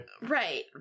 Right